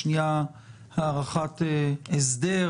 השנייה מדברת על הארכת הסדר.